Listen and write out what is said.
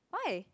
why